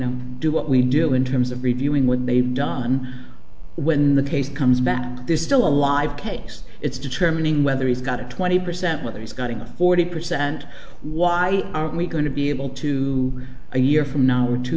know do what we deal in terms of reviewing when they've done when the case comes back they're still alive case it's determining whether he's got a twenty percent whether he's got a forty percent why are we going to be able to a year from now or two